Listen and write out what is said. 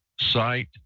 site